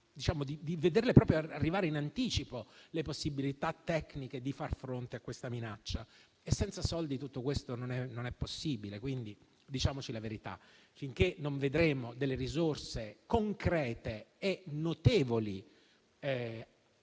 di prevedere e vedere arrivare in anticipo le possibilità tecniche di far fronte a questa minaccia. Senza soldi tutto questo non è possibile. Diciamoci allora la verità: finché non vedremo delle risorse concrete e notevoli